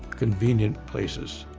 convenient places.